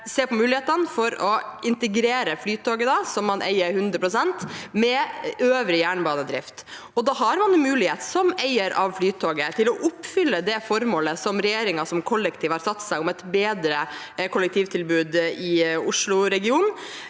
se på mulighetene for å integrere Flytoget, som man eier 100 pst., med øvrig jernbanedrift. Da har man mulighet, som eier av Flytoget, til å oppfylle det formålet som regjeringen som kollektiv har satt seg om et bedre kollektivtilbud i Oslo-regionen,